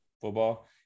Football